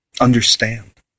understand